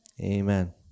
Amen